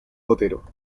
otero